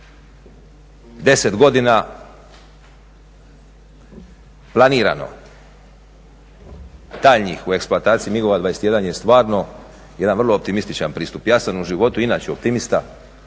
10 godina planirano daljnjih u eksploataciji MIG-ova 21 je stvarno jedan vrlo optimističan pristup. Ja sam u životu inače optimista,